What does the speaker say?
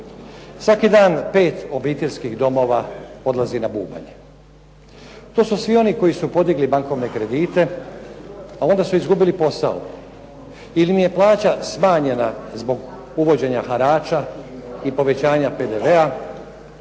Svaki dan pet obiteljskih domova odlazi na bubanj. To su svi oni koji su podigli bankovne kredite, a onda su izgubili posao, ili im je plaća smanjena zbog uvođenja harača i povećanja PDV-a,